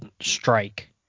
strike